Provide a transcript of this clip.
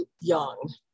young